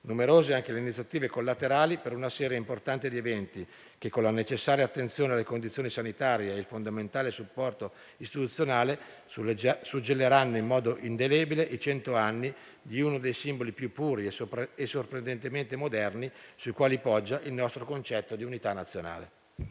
Numerose sono anche le iniziative collaterali per una serie importante di eventi che, con la necessaria attenzione alle condizioni sanitarie e il fondamentale supporto istituzionale, suggelleranno in modo indelebile i cento anni di uno dei simboli più puri e sorprendentemente moderni sui quali poggia il nostro concetto di unità nazionale.